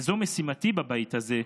וזאת משימתי בבית הזה,